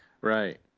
Right